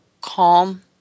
calm